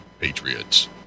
patriots